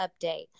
update